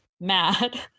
mad